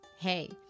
Hey